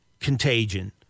Contagion